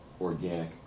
organic